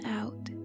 out